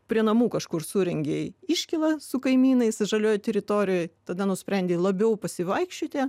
prie namų kažkur surengei iškylą su kaimynais žalioje teritorijoj tada nusprendei labiau pasivaikščioti